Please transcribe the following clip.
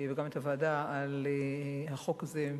וגם את הוועדה, על החוק הזה.